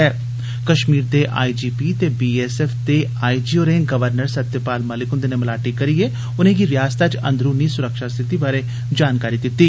कष्मीर दे I G P ते BSF दे आई जी होरें गवर्नर सत्यपाल मलिक हुंदे'नै मलाटी करियै उनें'गी रिआसता च अंदरूनी सुरक्षा स्थिति बारै जानकारी दित्ती